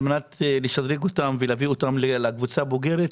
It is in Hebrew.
על מנת לשדרג אותם ולהביא אותם לקבוצה הבוגרת,